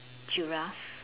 giraffe